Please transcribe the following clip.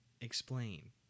Explain